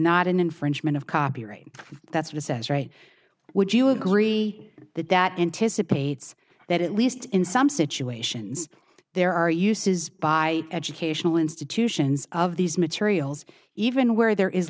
not an infringement of copyright that's what it says right would you agree that that anticipates that at least in some situations there are uses by educational institutions of these materials even where there is